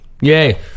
Yay